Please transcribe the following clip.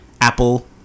apple